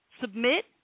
Submit